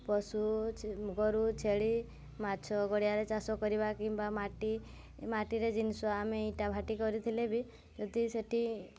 ପଶୁ ଗୋରୁ ଛେଳି ମାଛ ଗଡ଼ିଆରେ ଚାଷ କରିବା କିମ୍ବା ମାଟି ମାଟିରେ ଜିନିଷ ଆମେ ଇଟାଭାଟି କରିଥିଲେ ବି ଯଦି ସେଇଠି